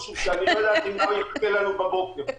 משום שלא ידעתי מה יחכה לנו בבוקר.